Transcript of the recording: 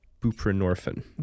buprenorphine